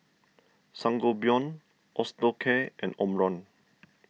Sangobion Osteocare and Omron